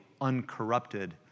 uncorrupted